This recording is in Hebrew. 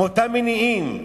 מאותם מניעים.